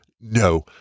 no